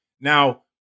Now